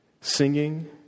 singing